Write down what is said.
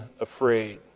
afraid